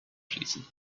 schließen